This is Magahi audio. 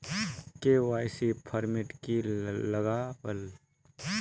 के.वाई.सी फॉर्मेट की लगावल?